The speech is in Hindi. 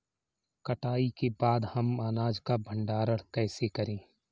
कटाई के बाद हम अनाज का भंडारण कैसे करें?